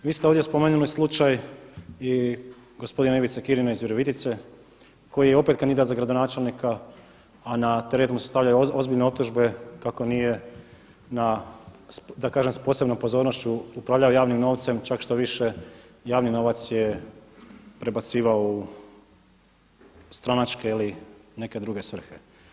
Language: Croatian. Vi ste ovdje spomenuli slučaj i gospodine Ivice Kirina iz Virovitice koji je opet kandidat za gradonačelnika, a na teret mu se stavljaju ozbiljne optužbe kako nije da kažem s posebnom pozornošću upravljao javnim novcem, čak što više javni novac je prebacivao u stranačke ili neke druge svrhe.